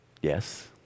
Yes